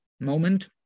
moment